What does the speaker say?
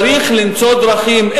צריך למצוא דרכים,